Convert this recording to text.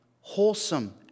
wholesome